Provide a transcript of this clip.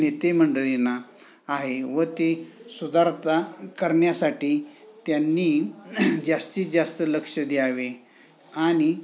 नेतेमंडळीना आहे व ते सुधारता करण्यासाठी त्यांनी जास्तीत जास्त लक्ष द्यावे आणि